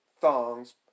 thongs